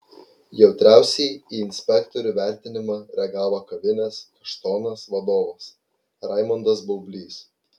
jautriausiai į inspektorių vertinimą reagavo kavinės kaštonas vadovas raimondas baublys